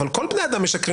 אבל כל בני האדם משקרים,